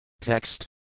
Text